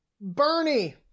bernie